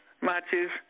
matches